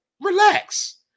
Relax